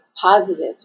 positive